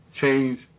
change